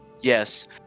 Yes